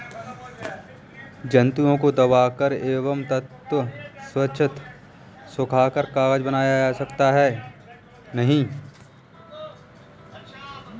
तन्तुओं को दबाकर एवं तत्पश्चात सुखाकर कागज बनाया जाता है